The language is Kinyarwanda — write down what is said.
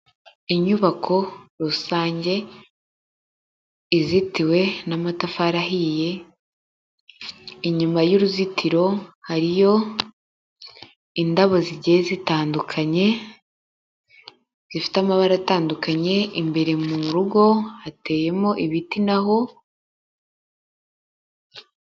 Inyubako rusange, izitiwe n'amatafari ahiye, inyuma y'uruzitiro hariyo indabo zigiye zitandukanye, zifite amabara atandukanye, imbere mu rugo hateyemo ibiti naho.